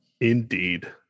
Indeed